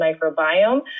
microbiome